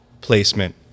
placement